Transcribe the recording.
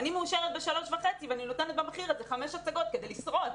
אני מאושרת ב-3,500 ואני נותנת במחיר הזה חמש הצגות כדי לשרוד.